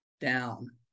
down